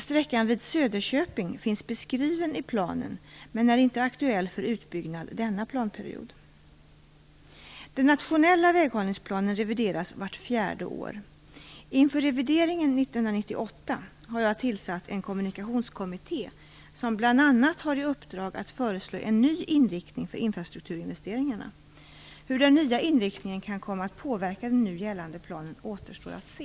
Sträckan vid Söderköping finns beskriven i planen, men är inte aktuell för utbyggnad denna planperiod. Den nationella väghållningsplanen revideras vart fjärde år. Inför revideringen 1998 har jag tillsatt en kommunikationskommitté som bl.a. har i uppdrag att föreslå en ny inriktning för infrastrukturinvesteringarna. Hur den nya inriktningen kan komma att påverka den nu gällande planen återstår att se.